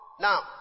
Now